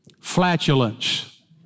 Flatulence